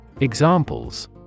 Examples